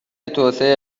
توسعه